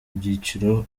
byiciro